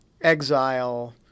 exile